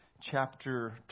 chapter